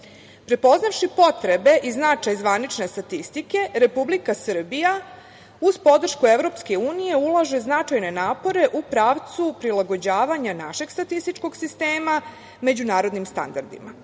zemalja. Prepoznavši potrebe i značaj zvanične statistike, Republika Srbija, uz podršku EU, ulaže značajne napore u pravcu prilagođavanja našeg statističkog sistema međunarodnim standardima. Zvanična